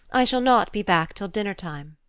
i shall not be back till dinner-time.